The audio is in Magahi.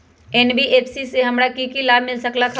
एन.बी.एफ.सी से हमार की की लाभ मिल सक?